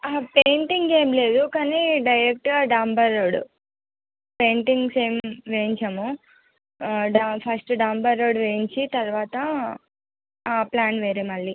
painting ఏం లేదు కానీ డైరెక్ట్గా డాంబర్ రోడ్ పెయింటింగ్స్ ఏం వేయించము డాం ఫస్ట్ డాంబర్ రోడ్ వేయించి తర్వాత ఆ ప్లాన్ వేరే మళ్ళీ